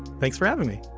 thanks for having me.